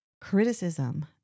criticism